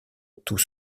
tout